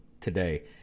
today